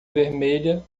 vermelha